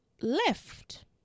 left